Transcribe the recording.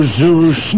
Zeus